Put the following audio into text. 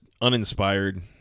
uninspired